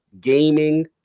gaming